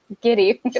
giddy